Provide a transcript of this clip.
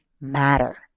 matter